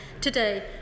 today